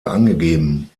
angegeben